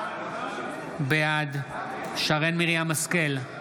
בעד שרן מרים השכל,